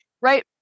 right